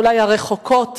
אולי מהרחוקות